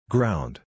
Ground